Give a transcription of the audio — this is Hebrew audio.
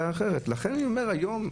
לכן אני אומר היום,